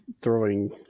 throwing